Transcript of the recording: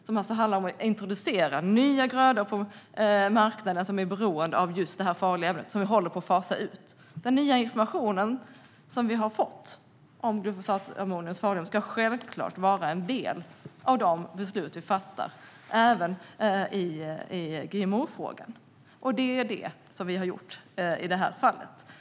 Det handlar alltså om att introducera nya grödor på marknaden, som är beroende av det här farliga ämnet som håller på att fasas ut. Den nya information som vi har fått om glufosinatammoniums farlighet ska självklart vara en del i de beslut som vi fattar, även i GMO-frågan. Det är det som vi har gjort i det här fallet.